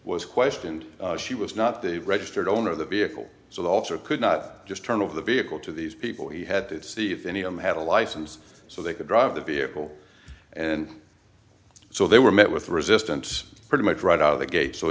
was questioned she was not the registered owner of the vehicle so the officer could not just turn of the vehicle to these people you had to see if any m had a license so they could drive the vehicle and so they were met with resistance pretty much right out of the gate so